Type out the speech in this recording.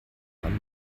wann